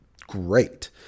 great